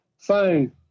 phone